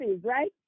right